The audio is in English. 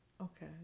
Okay